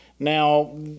Now